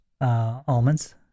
Almonds